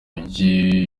mijyi